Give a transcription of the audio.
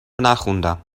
نخوندم